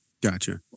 Gotcha